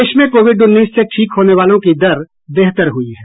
देश में कोविड उन्नीस से ठीक होने वालों की दर बेहतर हुई है